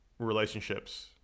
relationships